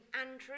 Andrew